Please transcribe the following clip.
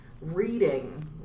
reading